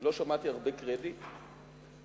לא שמעתי הרבה קרדיט לממשלה.